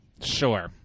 Sure